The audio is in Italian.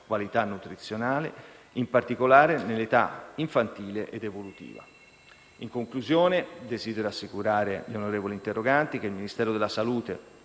qualità nutrizionale, in particolare nell'età infantile ed evolutiva. In conclusione, desidero assicurare gli onorevoli interroganti che il Ministero della salute,